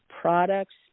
products